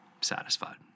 satisfied